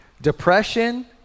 depression